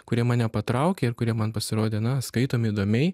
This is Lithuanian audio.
kurie mane patraukė ir kurie man pasirodė na skaitomi įdomiai